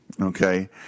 okay